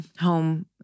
home